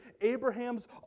Abraham's